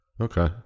Okay